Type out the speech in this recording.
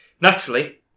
Naturally